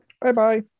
Bye-bye